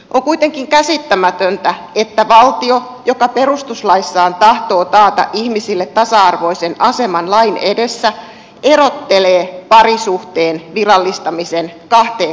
on kuitenkin käsittämätöntä että valtio joka perustuslaissaan tahtoo taata ihmisille tasa arvoisen aseman lain edessä erottelee parisuhteen virallistamisen kahteen kategoriaan